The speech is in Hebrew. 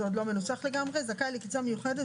זה עוד לא מנוסח לגמרי לקצבה מיוחדת